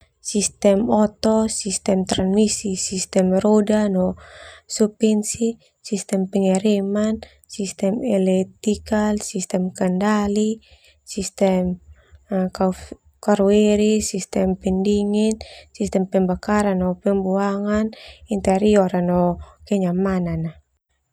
Sistem oto, sistem tranmisi, sistem roda no supensi, sistem pengiriman, sistem elektikal, sistem kendali, sistem, sistem pendingin, sistem pembakaran no pembuangan, interior no kenyamanan.